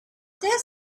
desert